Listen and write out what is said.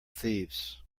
thieves